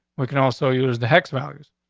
we can also use the hex values.